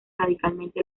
radicalmente